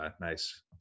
nice